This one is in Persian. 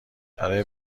برای